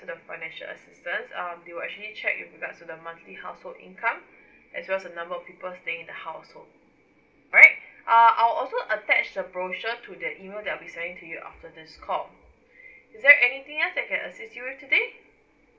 to the financial assistance um they will actually check with regards to the monthly household income as well as the number of people staying in household right uh I'll also attach the brochure to the email that I'll be sending to you after this call is there anything else I can assist you with today